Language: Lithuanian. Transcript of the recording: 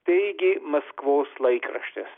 teigė maskvos laikraštis